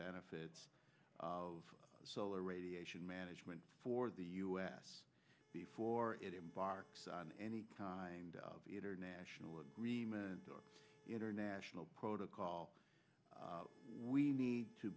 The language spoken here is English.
benefits of solar radiation management for the u s before it embarks on any kind of international agreement or international protocol we need to